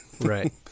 Right